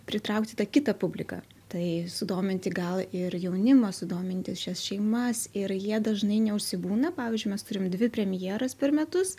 pritraukti tą kitą publiką tai sudominti gal ir jaunimą sudominti šias šeimas ir jie dažnai neužsibūna pavyzdžiui mes turim dvi premjeras per metus